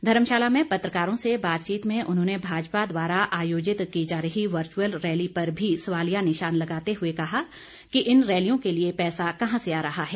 धर्मशाला में पत्रकारों से बातचीत में उन्होंने भाजपा द्वारा आयोजित की जा रही वर्चुअल रैली पर भी सवालिया निशान लगाते हुए कहा कि इन रैलियों के लिए पैसा कहां से आ रहा है